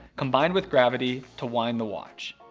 combined with gravity to wind the watch.